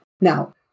Now